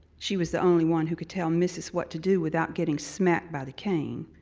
she was the only one who could tell missus what to do without getting smacked by the cane.